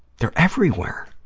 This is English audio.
they're everywhere.